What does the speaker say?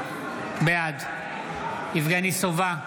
בעד יבגני סובה,